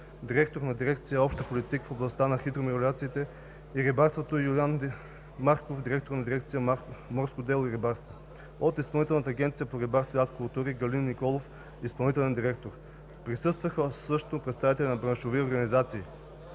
директор на дирекция „Обща политика в областта на хидромелиорациите и рибарството“, и Юлиян Марков – директор на дирекция „Морско дело и рибарство“; от Изпълнителната агенция по рибарство и аквакултури: Галин Николов – изпълнителен директор. Присъстваха също представители на браншови организации.